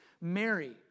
Mary